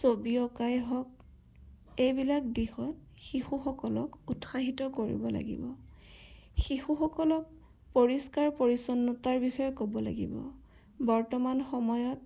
ছবি অঁকাই হওক এইবিলাক দিশত শিশুসকলক উৎসাহিত কৰিব লাগিব শিশুসকলক পৰিষ্কাৰ পৰিচ্ছন্নতাৰ বিষয়ে ক'ব লাগিব বৰ্তমান সময়ত